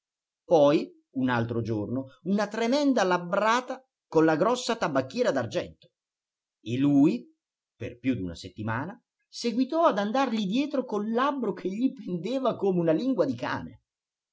poi un altro giorno una tremenda labbrata con la grossa tabacchiera d'argento e lui per più d'una settimana seguitò ad andargli dietro col labbro che gli pendeva come una lingua di cane